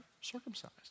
circumcised